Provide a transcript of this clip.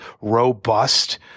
robust